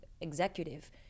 executive